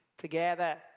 together